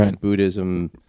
Buddhism